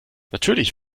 natürlich